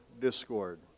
discord